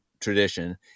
tradition